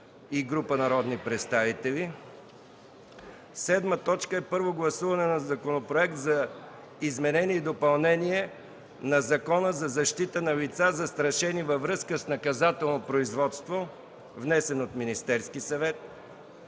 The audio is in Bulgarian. и група народни представители; Министерският съвет. 7. Първо гласуване на Законопроекта за изменение и допълнение на Закона за защита на лица, застрашени във връзка с наказателно производство. Вносител – Министерският съвет.